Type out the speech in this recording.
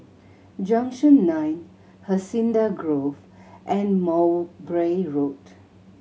Junction Nine Hacienda Grove and Mowbray Road